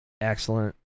excellent